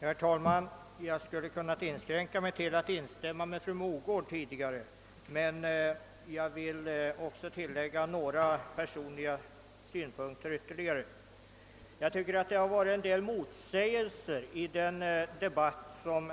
Herr talman! Jag skulle ha kunnat inskränka mig till att instämma med fru Mogård. Jag vill dock tillägga några personliga synpunkter. Jag tycker att det förekommit en del motsägelser i denna debatt.